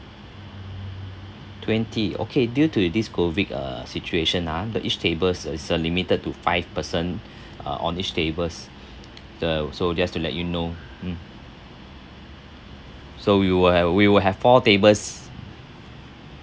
twenty okay due to this COVID uh situation ah the each tables is uh limited to five person uh on each tables uh so just to let you know mm so we will have we will have four tables